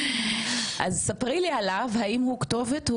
אז ספרי לי עליו, האם הוא כתובת?